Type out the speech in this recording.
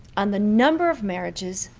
on the number of marriages,